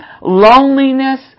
loneliness